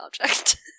object